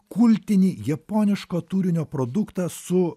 kultinį japoniško turinio produktą su